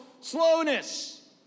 slowness